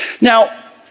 Now